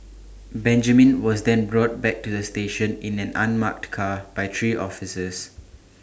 Benjamin was then brought back to the station in an unmarked car by three officers